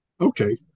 Okay